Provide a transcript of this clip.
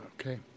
Okay